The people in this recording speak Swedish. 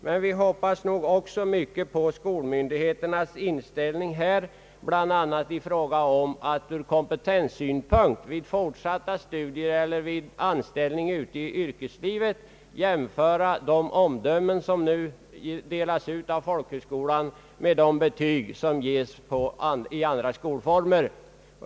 Men vi hoppas också mycket på skolmyndigheternas inställning bl.a. då det gäller att vid fortsatta studier eller vid anställning ute i yrkeslivet i kompetensavseende få jämföra de omdömen som nu delas ut av folkhögskolan med de betyg som ges i andra skolformer.